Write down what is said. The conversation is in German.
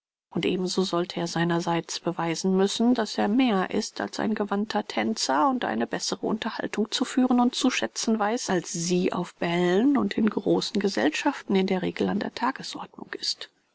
und ebenso sollte er seinerseits beweisen müssen daß er mehr ist als ein gewandter tänzer und eine bessere unterhaltung zu führen und zu schätzen weiß als sie auf bällen und in großen gesellschaften in der regel an der tagesordnung ist